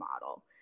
model